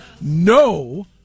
no